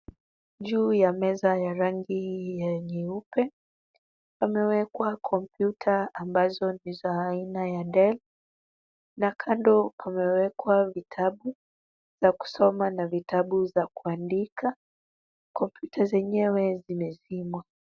Juu ya meza ya rangi ya nyeupe pamewekwa kompyuta ambazo ni za aina ya del na kando pamewekwa vitabu za kusoma na vitabu za kuandika. Kompyuta zenyewe zimezimwa.